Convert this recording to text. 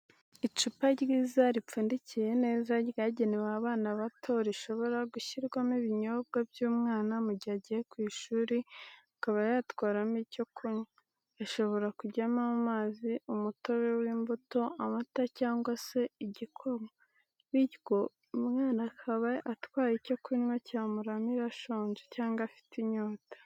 Icupa ryiza ripfundikiye neza ryagenewe abana bato rishobora gushyirwamo ibinyobwa by'umwana mu gihe agiye ku ishuri akaba yatwaramo icyo kunywa hashobora kujyamo amazi umutobe w'imbuto, amata cyangwa se igikoma bityo umwana akaba atwaye icyo kunywa cyamuramira ashonje cyangwa afite inyota